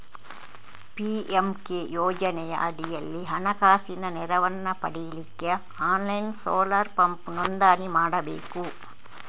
PMK ಯೋಜನೆಯ ಅಡಿಯಲ್ಲಿ ಹಣಕಾಸಿನ ನೆರವನ್ನ ಪಡೀಲಿಕ್ಕೆ ಆನ್ಲೈನ್ ಸೋಲಾರ್ ಪಂಪ್ ನೋಂದಣಿ ಮಾಡ್ಬೇಕು